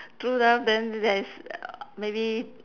true love then there is maybe